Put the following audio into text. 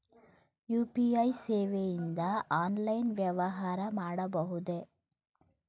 UPI ಸೇವೆಯಿಂದ online ವ್ಯವಹಾರ ಮಾಡಬಹುದೇ?